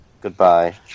Goodbye